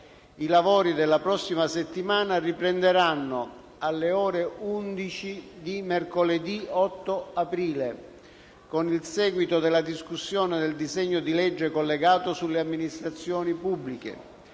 I lavori della prossima settimana riprenderanno alle ore 11 di mercoledì 8 aprile, con il seguito della discussione del disegno di legge collegato sulle amministrazioni pubbliche.